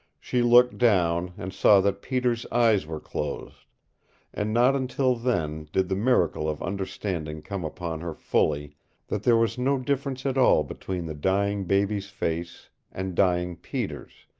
she looked down, and saw that peter's eyes were closed and not until then did the miracle of understanding come upon her fully that there was no difference at all between the dying baby's face and dying peter's,